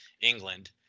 England